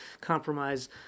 compromise